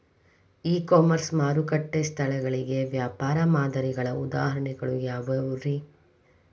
E commerce ಮಾರುಕಟ್ಟೆ ಸ್ಥಳಗಳಿಗೆ ವ್ಯಾಪಾರ ಮಾದರಿಗಳ ಉದಾಹರಣೆಗಳು ಯಾವವುರೇ?